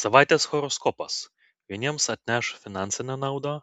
savaitės horoskopas vieniems atneš finansinę naudą